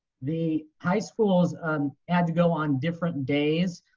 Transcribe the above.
the high schools had to go on different days.